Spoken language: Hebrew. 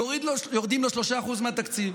יורדים לו 3% מהתקציב.